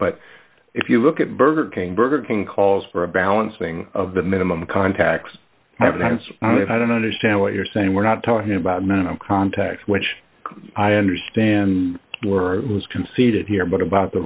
but if you look at burger king burger king calls for a balancing of the minimum contacts i don't understand what you're saying we're not talking about minimum contact which i understand was conceded here but about the